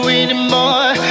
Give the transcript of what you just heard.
anymore